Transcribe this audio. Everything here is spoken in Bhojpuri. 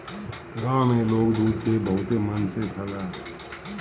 गाँव में लोग दूध के बहुते मन से खाला